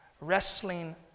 wrestling